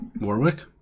Warwick